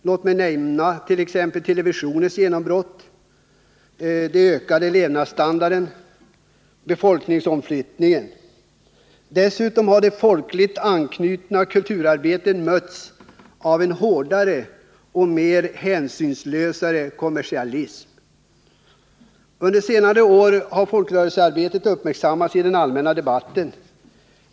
Låt mig nämna t.ex. televisionens genombrott, den ökade levnadsstandarden och befolkningsomflyttningen. Dessutom har det folkligt anknutna kulturarbetet mötts av en hårdare och mer hänsynslös kommersialism. Under senare år har folkrörelsearbetet uppmärksammats i den allmänna debatten.